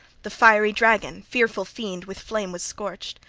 the fiery dragon, fearful fiend, with flame was scorched.